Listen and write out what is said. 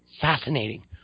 fascinating